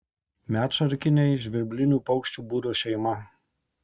medšarkiniai žvirblinių paukščių būrio šeima